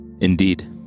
Indeed